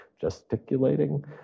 gesticulating